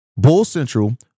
BULLCENTRAL